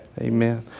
Amen